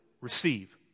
receive